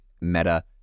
Meta